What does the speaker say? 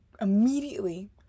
immediately